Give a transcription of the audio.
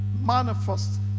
manifest